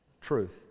truth